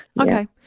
Okay